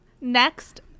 Next